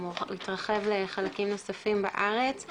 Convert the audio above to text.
הוא התרחב לחלקים נוספים בארץ,